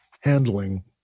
handling